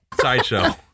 sideshow